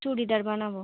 চুড়িদার বানাবো